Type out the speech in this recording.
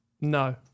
No